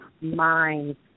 minds